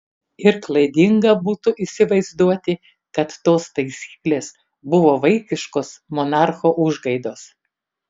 ir klaidinga būtų įsivaizduoti kad tos taisyklės buvo vaikiškos monarcho užgaidos